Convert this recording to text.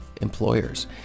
employers